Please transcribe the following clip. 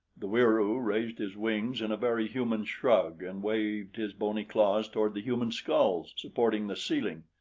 the wieroo raised his wings in a very human shrug and waved his bony claws toward the human skulls supporting the ceiling.